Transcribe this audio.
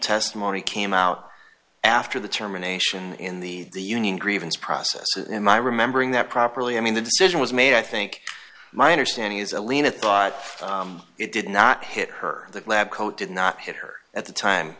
testimony came out after the termination in the union grievance process in my remembering that properly i mean the decision was made i think my understanding is alina thought it did not hit her that lab coat did not hit her at the time